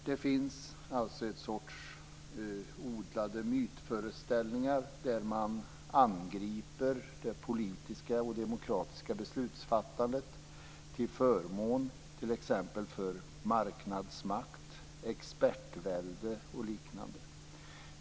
Det finns en sorts odlade mytföreställningar där man angriper det politiska och demokratiska beslutsfattandet till förmån för t.ex. marknadsmakt, expertvälde och liknande.